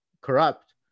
corrupt